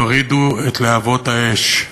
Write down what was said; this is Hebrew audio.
תורידו את להבות האש,